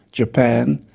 japan,